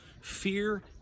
Fear